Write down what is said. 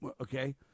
okay